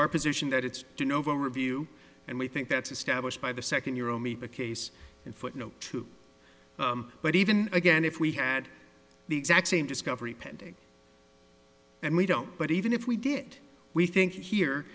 our position that it's to novo review and we think that's established by the second year omi a case in footnote two but even again if we had the exact same discovery pending and we don't but even if we did we think here